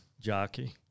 jockey